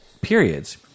periods